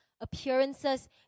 appearances